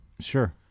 Sure